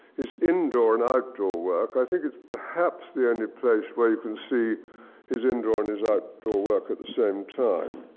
his indoor and outdoor work. think it's perhaps the only place where you can see his indoor and his outdoor work at the same time.